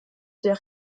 der